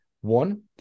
One